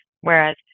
Whereas